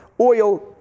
oil